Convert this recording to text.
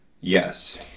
Yes